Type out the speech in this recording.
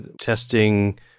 testing